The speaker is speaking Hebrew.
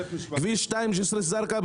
כביש 2 ג'סר א-זרקא,